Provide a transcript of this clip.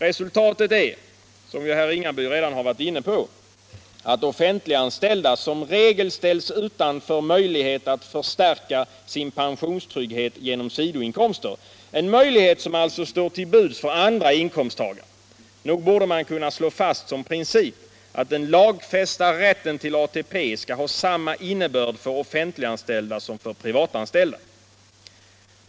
Resultatet är — som herr Ringaby redan nämnt — att offentliganställda som regel ställs utanför möjlighet att förstärka sin pensionstrygghet genom sidoinkomster, en möjlighet som alltså står till buds för andra inkomsttagare. Nog borde man kunna slå fast som princip att den lagfästa rätten till ATP skall ha samma innebörd för offentliganställda som för privatanställda.